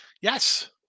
Yes